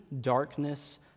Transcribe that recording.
darkness